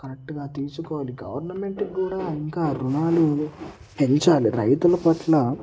కరెక్ట్గా తీసుకోవాలి గవర్నమెంట్ కూడా ఇంకా రుణాలు పెంచాలి రైతుల పట్ల